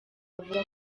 avuga